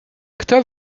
kto